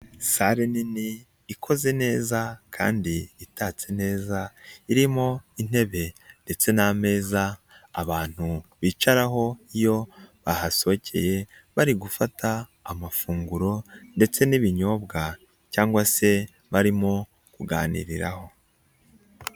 Sare nini ikoze neza kandi itatse neza irimo intebe ndetse n'ameza abantu bicaraho iyo bahasohokeye bari gufata amafunguro ndetse n'ibinyobwa cyangwa se barimo kuganiriraho.